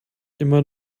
immer